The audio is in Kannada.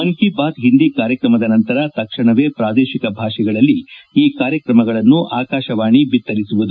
ಮನ್ ಕಿ ಬಾತ್ ಹಿಂದಿ ಕಾರ್ಯಕ್ರಮದ ನಂತರ ತಕ್ಷಣವೇ ಪ್ರಾದೇಶಿಕ ಭಾಷೆಗಳಲ್ಲಿ ಈ ಕಾರ್ಯಕ್ರಮಗಳನ್ನು ಆಕಾಶವಾಣಿ ಬಿತ್ತರಿಸಲಿದೆ